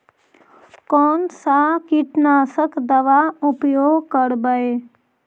कोन सा कीटनाशक दवा उपयोग करबय?